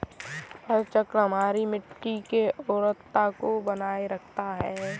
फसल चक्र हमारी मिट्टी की उर्वरता को बनाए रखता है